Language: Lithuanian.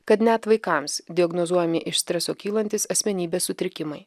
kad net vaikams diagnozuojami iš streso kylantys asmenybės sutrikimai